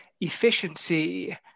efficiency